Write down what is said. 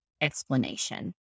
explanation